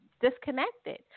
disconnected